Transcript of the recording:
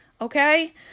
Okay